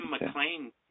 McLean